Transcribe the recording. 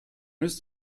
ist